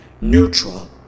neutral